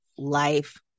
life